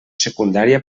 secundària